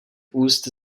úst